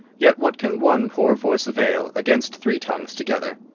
yet what can one poor voice avail against three tongues together?